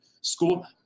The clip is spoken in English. school